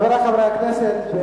חברי חברי הכנסת,